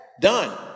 Done